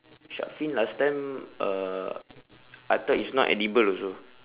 shark fin last time uh I thought is not edible also